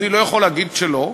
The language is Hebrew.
אני לא יכול להגיד שלא,